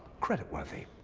creditworthy.